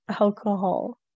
alcohol